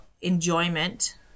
enjoyment